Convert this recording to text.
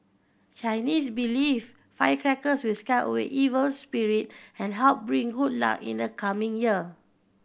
Chinese believe firecrackers will scare away evil spirit and help bring good luck in the coming year